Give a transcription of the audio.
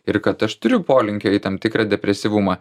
ir kad aš turiu polinkį į tam tikrą depresyvumą